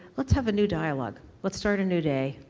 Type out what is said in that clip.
let's have a new dialogue. let's start a new day,